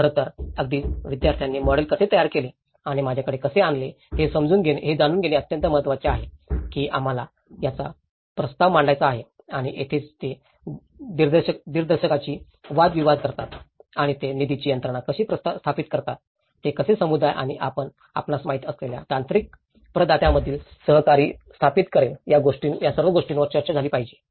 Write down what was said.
खरं तर अगदी विद्यार्थ्यांनी मॉडेल कसे तयार केले आणि माझ्याकडे कसे आणले हे जाणून घेणे अत्यंत महत्त्वाचे आहे की आम्हाला हाच प्रस्ताव मांडायचा आहे आणि येथेच ते दिग्दर्शकाशी वाद विवाद करतात आणि ते निधीची यंत्रणा कशी स्थापित करतात ते कसे समुदाय आणि आपणास माहित असलेल्या तांत्रिक प्रदात्यांमधील सहकारी स्थापित करेल या सर्व गोष्टींवर चर्चा झाली आहे